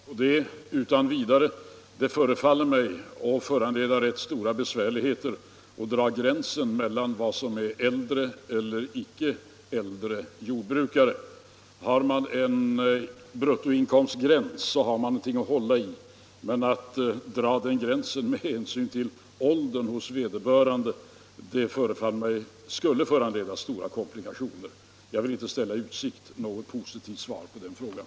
Herr talman! Jag är inte beredd att svara på det utan vidare. Det förefaller mig föranleda rätt stora besvärligheter att dra gränsen mellan vad som är äldre och icke äldre jordbrukare. Har man en bruttoinkomstgräns har man någonting att hålla sig till, men att dra gränsen med hänsyn till åldern hos vederbörande skulle, förefaller det mig, föranleda stora komplikationer. Jag vill inte ställa i utsikt något positivt svar på den frågan.